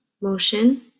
motion